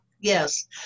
Yes